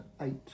eight